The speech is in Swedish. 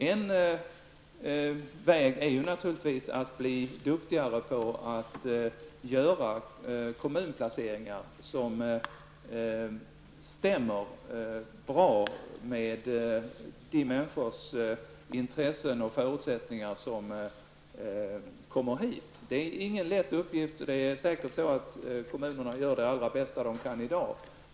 En väg att gå är att se till att vi blir duktigare på att göra kommunplaceringar som stämmer bra med intressen och förutsättningar hos de människor som kommer hit. Det är ingen lätt uppgift, och kommunerna gör säkert i dag sitt allra bästa.